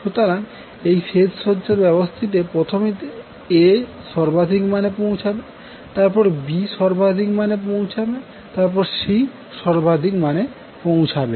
সুতরাং এই ফেজ সজ্জার ব্যবস্থাটিতে প্রথমে A সর্বাধিক মানে পৌঁছাবে তারপর B সর্বাধিক মানে পৌঁছাবে এবং তারপর C সর্বাধিক মানে পৌঁছাবে